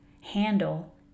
handle